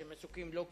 שהם עיסוקים לא קלים,